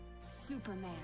Superman